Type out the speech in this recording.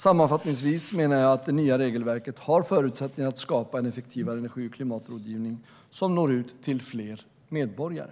Sammanfattningsvis menar jag att det genom det nya regelverket finns förutsättningar för att skapa en effektivare energi och klimatrådgivning som når ut till fler medborgare.